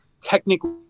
technically